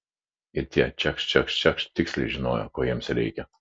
ir tie čekšt čekšt čekšt tiksliai žinojo ko jiems reikia